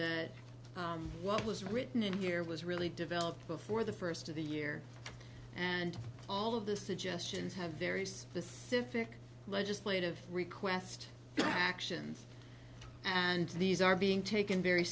understand what was written in here was really developed before the first of the year and all of the suggestions have very specific legislative request actions and these are being taken very